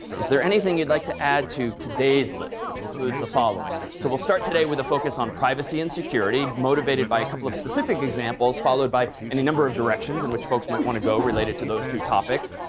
is there anything you'd like to add to today's list, which includes the following? so we'll start today with a focus on privacy and security motivated by a couple of specific examples, followed by any number of directions in which folks might want to go related to those two topics.